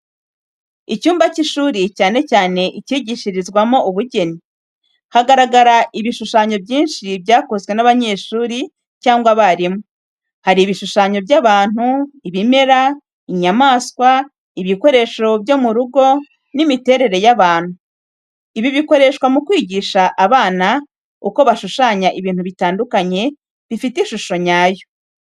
Icyumba cy’ishuri, cyane cyane icyigishirizwamo ubugeni . Haragaragara ibishushanyo byinshi byakozwe n'abanyeshuri cyangwa abarimu. Hari ibishushanyo by’abantu, ibimera, inyamaswa, ibikoresho byo mu rugo n’imiterere y’ahantu ibi bikoreshwa mu kwigisha abana uko bashushanya ibintu bitandukanye bifite ishusho nyayo.